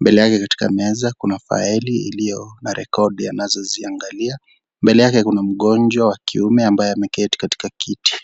mbele yake katika meza Kuna file iliyo na rekodi, anazoziangalia , mbele yake kuna mgonjwa wa kiume, ambaye ameketi katika kiti.